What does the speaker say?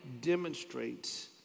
demonstrates